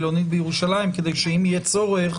מלונית בירושלים כדי שאם יהיה צורך